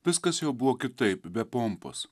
viskas jau buvo kitaip be pompos